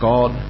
God